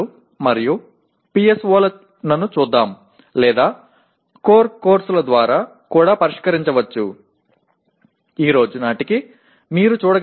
க்கள் மற்றும் PSOக்களை காணலாம் அல்லது முக்கிய பாடங்கள் மூலமாகவும் விரிவுபடுத்தலாம்